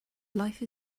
life